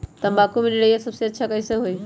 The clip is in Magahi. तम्बाकू के निरैया सबसे अच्छा कई से होई?